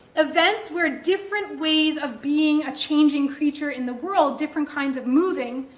events where different ways of being a changing creature in the world, different kinds of moving,